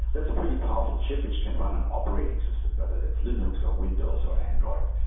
that's a pretty powerful chip which can run an operating system, whether it's linux or windows or android.